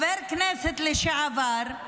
נמנע מחבר הכנסת לשעבר,